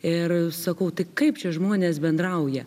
ir sakau tai kaip čia žmonės bendrauja